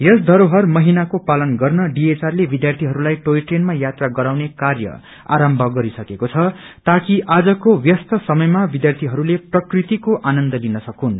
यस घरोहर महिनाको पालन गर्न डीएचआर विध्यार्थीहरूलाई टोय ट्रेनमा यात्रा गराउने काय आरम्म गरिसकेको छ ताकि आजको ब्यस्त समयमा विध्यार्थीहरूले प्रकृतिको आनन्द लिन सकून्